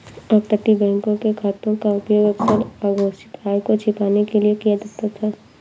अपतटीय बैंकों के खातों का उपयोग अक्सर अघोषित आय को छिपाने के लिए किया जाता था